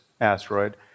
asteroid